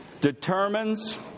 determines